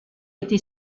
été